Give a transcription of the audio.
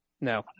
No